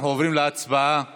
אנחנו עוברים להצבעה על